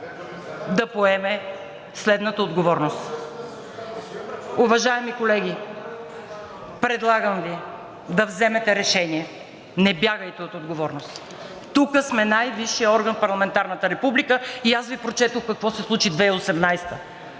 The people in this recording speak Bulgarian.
да поеме своята отговорност. Уважаеми колеги, предлагам Ви да вземете решение – не бягайте от отговорност, тук сме най-висшият орган в парламентарната република и аз Ви прочетох какво се случи 2018